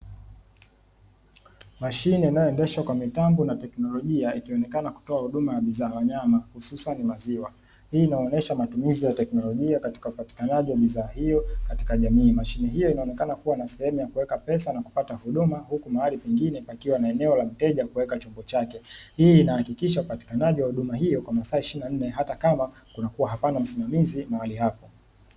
Mashine inayoendeshwa kwa mitambo na teknolojia ikionekana ikitoa huduma za wanyama hususani maziwa hii huonesha matumizi ya teknolojia katika upatikanaji wa bidhaa hio katika jamii. Mashine hio inaonekana kuwa na sehemu kuweka pesa na kupata huduma huku mahali pengine pakiwa eneo la Mteja kuweka chombo chake. Hii inahakikisha upatikanaji wa huduma hio kwa masaa ishirini na nne hatakama kuna kuwa hapana msimamizi mahali hapo.